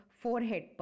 forehead